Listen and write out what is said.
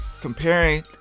comparing